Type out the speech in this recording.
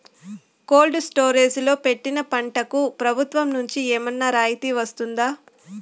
Cold storage లో పెట్టిన పంటకు ప్రభుత్వం నుంచి ఏమన్నా రాయితీ వస్తుందా?